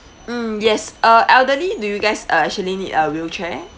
mm yes uh elderly do you guys uh actually need a wheelchair